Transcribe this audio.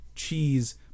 Cheese